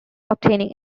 obtaining